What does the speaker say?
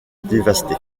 dévasté